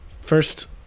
first